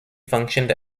functioned